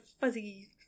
fuzzy